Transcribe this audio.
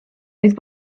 oedd